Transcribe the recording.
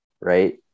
Right